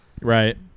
Right